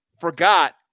forgot